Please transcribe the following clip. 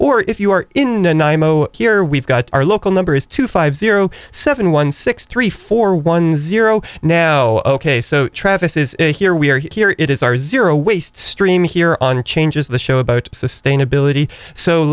or if you are in here we've got our local number is two five zero seven one six three four one zero no ok so travis is a here we are here it is our zero waste stream here on changes the show about sustainability so